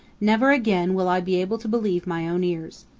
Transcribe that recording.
never again will i be able to believe my own ears.